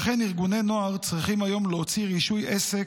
לכן, ארגוני נוער צריכים היום להוציא רישוי עסק.